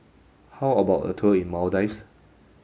how about a tour in Maldives